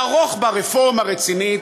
לערוך בה רפורמה רצינית,